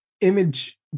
image